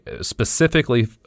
specifically